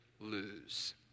lose